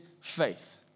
faith